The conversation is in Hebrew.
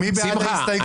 מי בעד ההסתייגות?